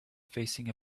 facing